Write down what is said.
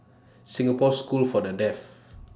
Singapore School For The Deaf